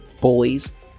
boys